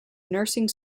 nursing